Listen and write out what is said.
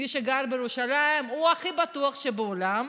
מי שגר בירושלים הוא הכי בטוח שבעולם.